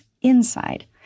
inside